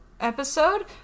episode